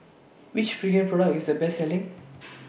Which Pregain Product IS The Best Selling